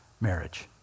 marriage